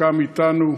חלקם אתנו.